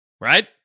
Right